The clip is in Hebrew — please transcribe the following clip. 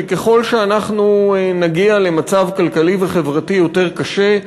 שככל שאנחנו נגיע למצב כלכלי וחברתי יותר קשה,